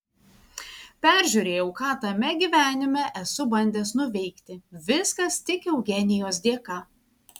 peržiūrėjau ką tame gyvenime esu bandęs nuveikti viskas tik eugenijos dėka